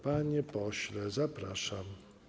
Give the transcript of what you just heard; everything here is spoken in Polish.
Panie pośle, zapraszam.